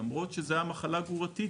למרות שזו מחלה גרורתית,